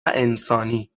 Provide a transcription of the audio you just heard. انسانی